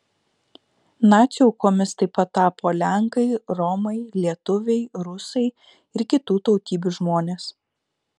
nacių aukomis taip pat tapo lenkai romai lietuviai rusai ir kitų tautybių žmonės